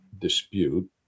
dispute